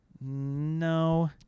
No